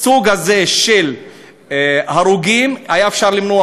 את הסוג הזה של הרוגים היה אפשר למנוע.